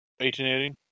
1880